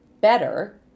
better